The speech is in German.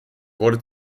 wurde